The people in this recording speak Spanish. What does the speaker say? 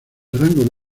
rango